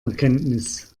erkenntnis